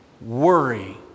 Worry